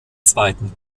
zweiten